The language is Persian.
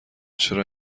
چرا